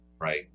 right